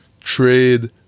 trade